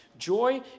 Joy